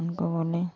उनको बोले